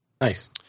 Nice